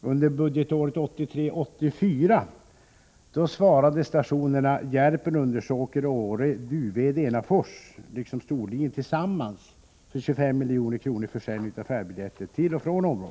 Under budgetåret 1983/84 svarade stationerna Järpen, Undersåker, Åre, Duved, Enafors samt Storlien tillsammans för 25 milj.kr. i försäljning av färdbiljetter till och från området.